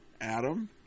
Adam